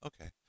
Okay